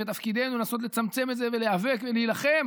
ותפקידנו לנסות לצמצם את זה ולהיאבק ולהילחם,